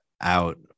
out